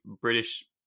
british